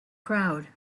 crowd